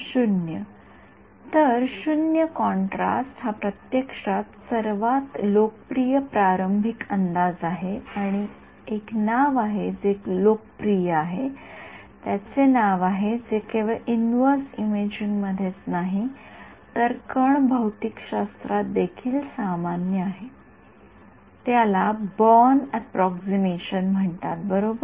विद्यार्थीः 0 कॉन्ट्रास्ट तर 0 कॉन्ट्रास्ट हा प्रत्यक्षात सर्वात लोकप्रिय प्रारंभिक अंदाज आहे आणि एक नाव आहे जे लोकप्रिय आहे त्याचे नाव आहे जे केवळ इन्व्हर्स इमेजिंग मध्येच नाही तर कण भौतिकशास्त्रात देखील सामान्य आहे त्याला बॉर्न अप्रॉक्सिमेशन म्हणतात बरोबर